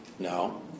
No